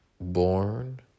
born